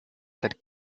that